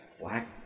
Black